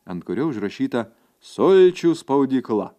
ant kurio užrašyta sulčių spaudykla